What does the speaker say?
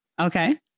Okay